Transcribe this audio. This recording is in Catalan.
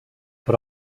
per